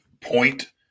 Point